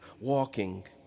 walking